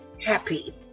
happy